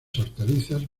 hortalizas